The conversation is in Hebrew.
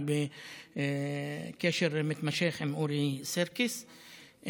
אני בקשר מתמשך עם אורי סירקיס,